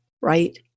right